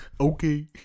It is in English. Okay